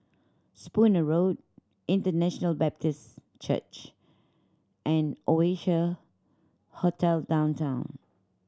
Spooner Road International Baptist Church and Oasia Hotel Downtown